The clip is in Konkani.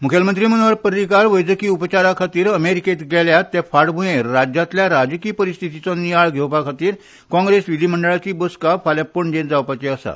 मुखेलमंत्री मनोहर पर्रीकर वैजकी उपचाराखातीर अमेरीकेंत गेल्यात ते फाटभ्रयेर राज्यातल्या राजकी परिस्थीतीचो नियाळ घेवपाखातीर काँग्रेस विधीमंडळाची बसका फाल्या पणजेंत जावपाची आसा